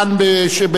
ללא תשובה, זה בסדר.